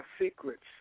secrets